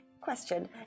Question